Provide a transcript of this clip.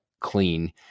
clean